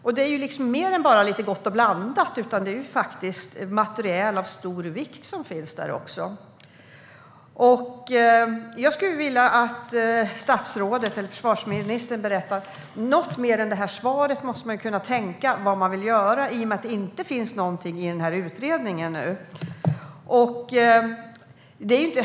Och det är mer än bara lite gott och blandat utan faktiskt också materiel av stor vikt som finns där. Jag skulle vilja att försvarsministern berättar något mer än vad han säger i svaret. Han måste ju kunna berätta vad han vill göra i och med att det inte finns någonting om det här i utredningen.